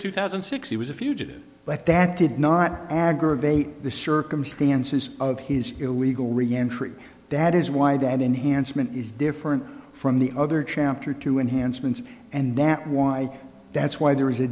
two thousand and six he was a fugitive but that did not aggravate the circumstances of his illegal reentry that is why dadt enhancement is different from the other chapter two enhancements and that why that's why there is a